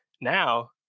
now